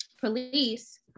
police